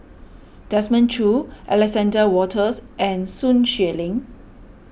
Desmond Choo Alexander Wolters and Sun Xueling